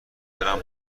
برم